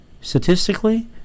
statistically